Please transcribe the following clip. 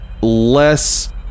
less